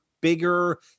bigger